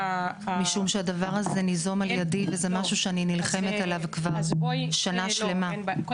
משום שהדבר הזה ניזום על ידי וזה משהו שאני נלחמת עליו כבר שנה שלמה.